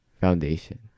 Foundation